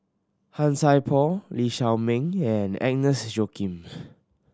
Han Sai Por Lee Shao Meng and Agnes Joaquim